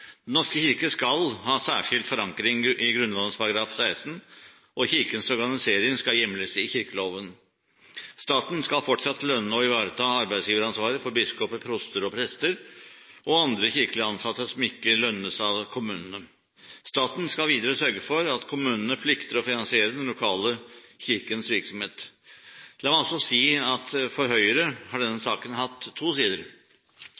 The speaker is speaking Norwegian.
16, og Kirkens organisering skal hjemles i kirkeloven. Staten skal fortsatt lønne og ivareta arbeidsgiveransvaret for biskoper, proster, prester og andre kirkelig ansatte som ikke lønnes av kommunene. Staten skal videre sørge for at kommunene plikter å finansiere den lokale kirkens virksomhet. La meg også si at for Høyre har denne saken hatt to sider.